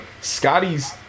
Scotty's